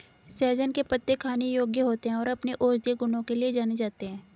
सहजन के पत्ते खाने योग्य होते हैं और अपने औषधीय गुणों के लिए जाने जाते हैं